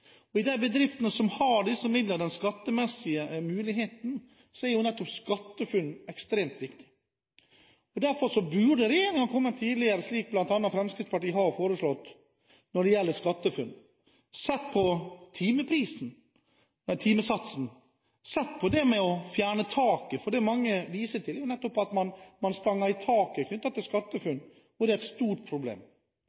muligheten, er SkatteFUNN ekstremt viktig. Derfor burde regjeringen kommet tidligere, slik Fremskrittspartiet har foreslått når det gjelder SkatteFUNN, og sett på timesatsen og på det med å fjerne taket. Det mange viser til, er nettopp at man stanger i taket, knyttet til